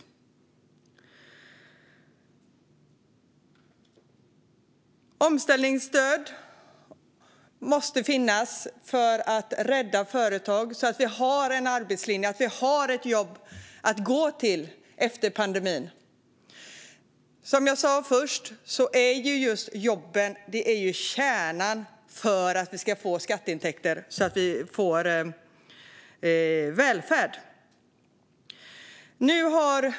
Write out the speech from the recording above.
Omställningsstöd måste finnas för att rädda företag så att vi har jobb att gå till efter pandemin. Jobben är ju kärnan för skatteintäkter till välfärden.